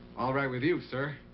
all right with you, sir.